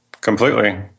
completely